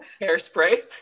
Hairspray